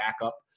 backup